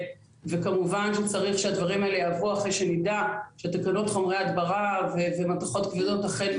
אתה צריך גם מצד שני לבנות הגנות אחרות על החקלאים וזה עולה כסף.